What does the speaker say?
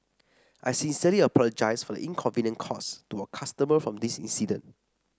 I sincerely apologise for the inconvenience caused to our customer from this incident